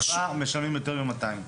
שבעה משלמים יותר מ- 200 ש"ח.